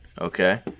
Okay